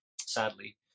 sadly